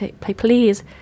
please